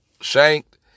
shanked